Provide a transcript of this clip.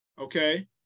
okay